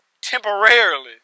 temporarily